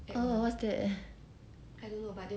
oh oh what's that